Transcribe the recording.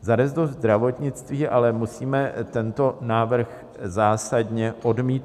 Za resort zdravotnictví ale musíme tento návrh zásadně odmítnout.